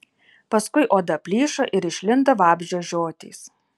paskui oda plyšo ir išlindo vabzdžio žiotys